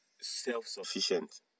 self-sufficient